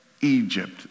Egypt